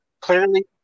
clearly